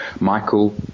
Michael